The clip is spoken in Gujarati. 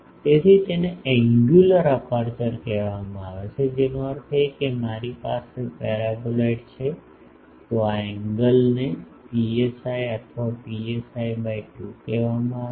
તેથી તેને એન્ગ્યુલર અપેર્ચર કહેવામાં આવે છે જેનો અર્થ છે કે જો મારી પાસે પેરાબોલાઇડ છે તો આ એન્ગલ ને પીએસઆઇ અથવા પીએસઆઇ બાય 2 કહેવામાં આવે છે